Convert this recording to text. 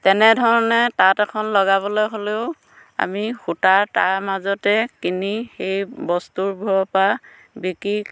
তেনেধৰণে তাঁত এখন লগাবলে হ'লেও আমি সূতা তাৰ মাজতে কিনি এই বস্তুবোৰৰ পৰা বিকি